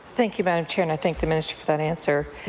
thank you, madam chair. and i thank the minister for that answer.